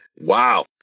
Wow